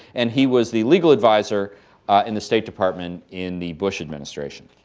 and he was the legal adviser in the state department in the bush administration.